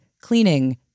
cleaning